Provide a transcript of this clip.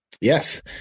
Yes